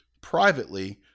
privately